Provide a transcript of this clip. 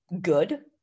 good